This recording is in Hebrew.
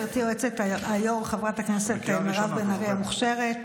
גברתי יועצת היו"ר חברת הכנסת מירב בן ארי המוכשרת,